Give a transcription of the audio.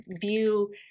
view